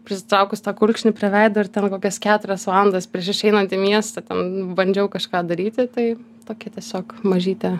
prisitraukus tą kulkšnį prie veido ir ten kokias keturias valandas prieš išeinant į miestą ten bandžiau kažką daryti tai tokia tiesiog mažytė